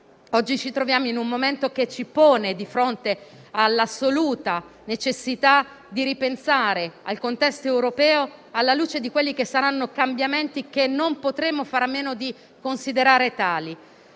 Oggi ci troviamo in un momento che ci pone di fronte all'assoluta necessità di ripensare al contesto europeo, alla luce di quelli che saranno cambiamenti che non potremo fare a meno di considerare tali.